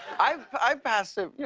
i've i've passed a you